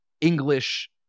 English